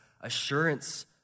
assurance